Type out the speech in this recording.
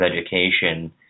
education